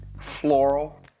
Floral